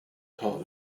call